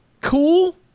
cool